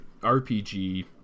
rpg